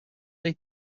dei